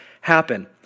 happen